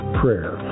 prayer